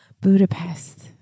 Budapest